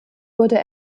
wurde